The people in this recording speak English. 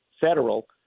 federal